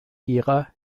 gera